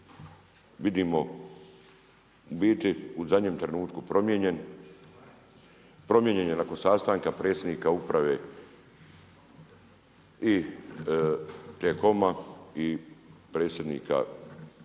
vidimo u biti u zadnjem trenutku promijenjen, promijenjen je nakon sastanka Predsjednika Uprave T-COM-a i predsjednika za